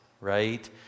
right